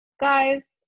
guys